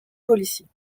policiers